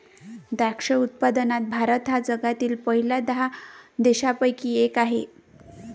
द्राक्ष उत्पादनात भारत हा जगातील पहिल्या दहा देशांपैकी एक आहे